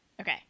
Okay